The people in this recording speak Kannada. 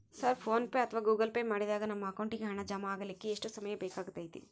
ಸರ್ ಫೋನ್ ಪೆ ಅಥವಾ ಗೂಗಲ್ ಪೆ ಮಾಡಿದಾಗ ನಮ್ಮ ಅಕೌಂಟಿಗೆ ಹಣ ಜಮಾ ಆಗಲಿಕ್ಕೆ ಎಷ್ಟು ಸಮಯ ಬೇಕಾಗತೈತಿ?